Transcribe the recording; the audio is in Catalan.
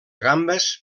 gambes